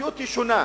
המציאות היא שונה.